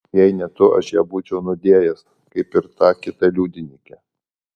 jei ne tu aš ją būčiau nudėjęs kaip ir tą kitą liudininkę